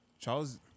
Charles